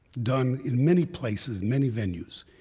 done in many places, many venues,